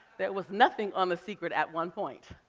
there was nothing on the secret at one point.